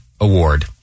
award